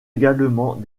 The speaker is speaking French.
également